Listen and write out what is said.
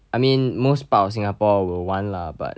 I mean most part of singapore will want lah but